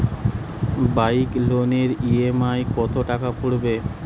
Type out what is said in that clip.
Bike লোনের EMI কত টাকা পড়বে?